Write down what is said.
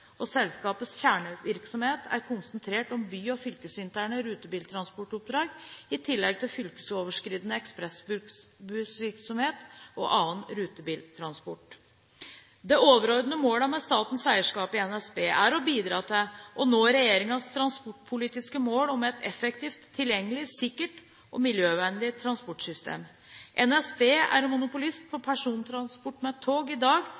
Selskapets kjernevirksomhet er konsentrert om by- og fylkesinterne rutebiltransportoppdrag, i tillegg til fylkesoverskridende ekspressbussvirksomhet og annen rutebiltransport. Det overordnede målet med statens eierskap i NSB er å bidra til å nå regjeringens transportpolitiske mål om et effektivt, tilgjengelig, sikkert og miljøvennlig transportsystem. NSB er monopolist på persontransport med tog i dag